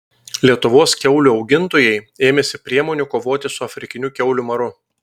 lietuvos kiaulių augintojai ėmėsi priemonių kovoti su afrikiniu kiaulių maru